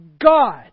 God